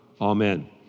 Amen